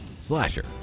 slasher